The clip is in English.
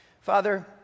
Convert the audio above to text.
Father